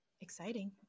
Exciting